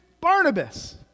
Barnabas